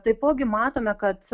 taipogi matome kad